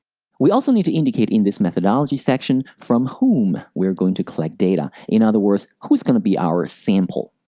we also need to indicate in this methodology section from whom we are going to collect data. in other words, who's going to be the sample.